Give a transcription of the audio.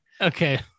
Okay